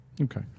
Okay